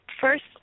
first